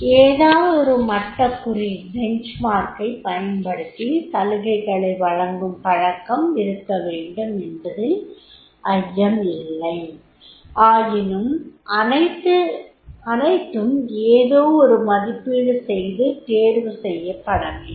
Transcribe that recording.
ஏதாவதொரு மட்டக்குறி ஐப் பயன்படுத்தி சலுகைகளை வழங்கும் பழக்கம் இருக்கவேண்டும் என்பதில் ஐய்யமில்லை ஆயினும் அனைத்தும் ஏதோவொரு மதிப்பீடு செய்து தேர்வு செய்யப்படவேண்டும்